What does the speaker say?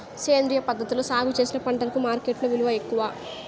సేంద్రియ పద్ధతిలో సాగు చేసిన పంటలకు మార్కెట్టులో విలువ ఎక్కువ